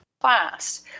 class